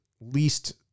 least